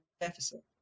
deficit